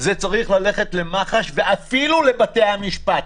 זה צריך ללכת למח"ש ואפילו לבתי המשפט.